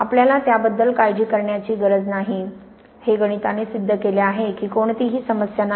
आपल्याला त्याबद्दल काळजी करण्याची गरज नाही हे गणिताने सिद्ध केले आहे की कोणतीही समस्या नाही